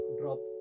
drop